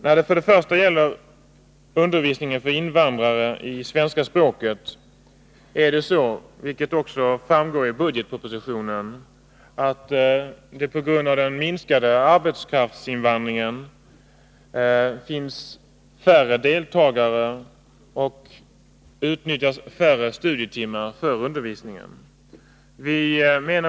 När det gäller undervisningen för invandrare i svenska språket är det så, vilket också framgår av budgetpropositionen, att det på grund av den minskade arbetskraftsinvandringen blir färre deltagare och utnyttjas färre studietimmar för undervisningen.